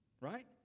right